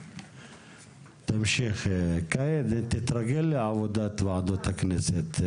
כאיד, תתרגל לעבודת הכנסת.